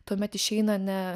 tuomet išeina ne